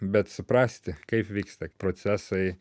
bet suprasti kaip vyksta procesai